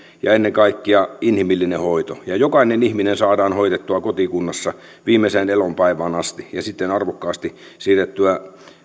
ja ennen kaikkea inhimillinen hoito ja jokainen ihminen saadaan hoidettua kotikunnassa viimeiseen elonpäivään asti ja sitten arvokkaasti siirrettyä